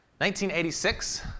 1986